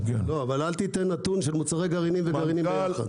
אבל אל תיתן נתון של גרעינים ומוצרי גרעינים יחד.